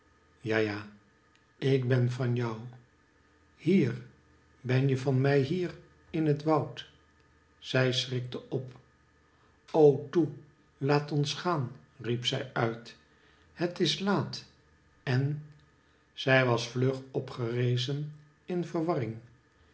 ja ja ikben vanjou hier ben je van mij hier in het woud zij schrikte op o toe laat ons gaan riep zij uit het is laat en zij was vlug opgerezen in verwarring